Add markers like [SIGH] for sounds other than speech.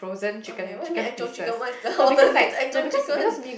okay what you mean actual chicken what is the [LAUGHS] alternative to actual chicken